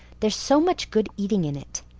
there's so much good eating in it.